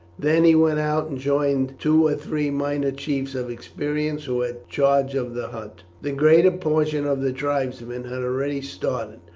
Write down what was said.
then he went out and joined two or three minor chiefs of experience who had charge of the hunt. the greater portion of the tribesmen had already started.